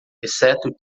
exceto